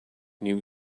new